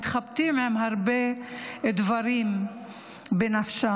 מתחבטים עם הרבה דברים בנפשם.